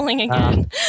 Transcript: again